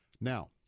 Now